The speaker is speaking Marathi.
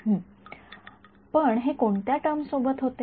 हं पण हे कोणत्या टर्म सोबत होते